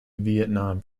vietnam